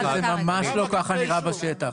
שזה ממש לא ככה נראה בשטח.